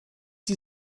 die